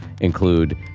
include